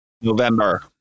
November